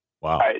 wow